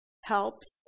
helps